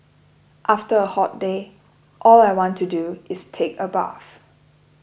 after a hot day all I want to do is take a bath